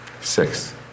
Six